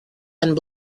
and